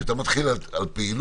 כשאתה מתחיל פעילות,